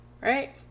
Right